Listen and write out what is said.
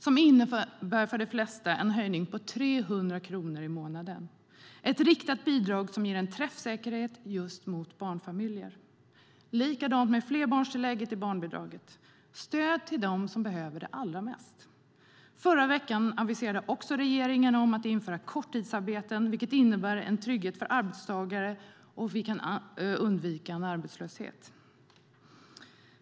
Det innebär för de flesta 300 kronor mer i månaden. Det är ett riktat bidrag som ger en träffsäkerhet mot just barnfamiljer. Likadant är det med flerbarnstillägget i barnbidraget. Det är ett stöd till dem som behöver det mest. Förra veckan aviserade regeringen att införa korttidsarbeten vilket innebär en trygghet för arbetstagare och att man kan undvika arbetslöshet.